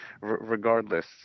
Regardless